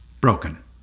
broken